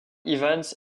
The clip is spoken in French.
evans